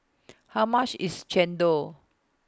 How much IS Chendol